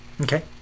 Okay